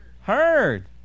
heard